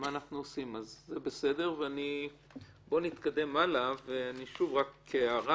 מה-15 עד ה-15 בעיקרון נבדוק אם היה תשלום.